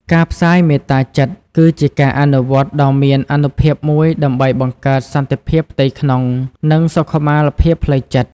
ការផ្សាយមេត្តាចិត្ត គឺជាការអនុវត្តន៍ដ៏មានអានុភាពមួយដើម្បីបង្កើតសន្តិភាពផ្ទៃក្នុង និងសុខុមាលភាពផ្លូវចិត្ត។